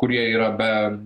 kurie yra be